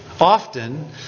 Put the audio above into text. often